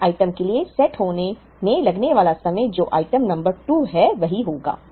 पीले आइटम के लिए सेट होने में लगने वाला समय जो आइटम नंबर 2 है वही होगा